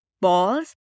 balls